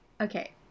Okay